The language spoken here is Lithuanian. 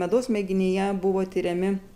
medaus mėginyje buvo tiriami